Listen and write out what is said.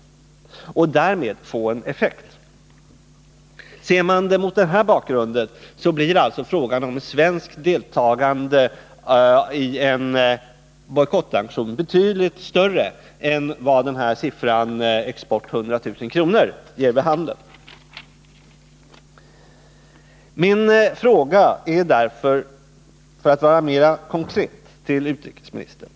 Därmed skulle vi kunna få en effekt. Ser man frågan om ett svenskt deltagande i en bojkottaktion mot denna bakgrund, blir den betydligt större än vad exporten på 100 000 kr. ger vid handen. Jag skulle, för att vara mer konkret, vilja ställa en fråga till utrikesministern.